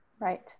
Right